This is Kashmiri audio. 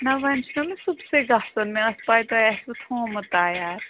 نہ وۄنۍ چھُو مےٚ صُبسٕے گژھُن مےٚ ٲس پَے تۄہہِ آسوٕ تھومُت تَیار